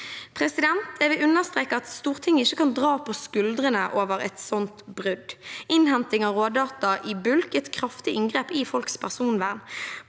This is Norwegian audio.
innstillingen. Jeg vil understreke at Stortinget ikke kan trekke på skuldrene over et sånt brudd. Innhenting av rådata i bulk er et kraftig inngrep i folks personvern.